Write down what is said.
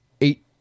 Eight